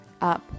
up